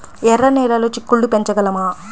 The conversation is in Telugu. ఎర్ర నెలలో చిక్కుళ్ళు పెంచగలమా?